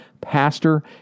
Pastor